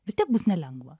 vis tiek bus nelengva